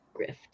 grift